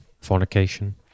Fornication